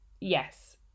Yes